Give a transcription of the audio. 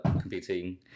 computing